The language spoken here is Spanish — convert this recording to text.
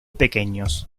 pequeños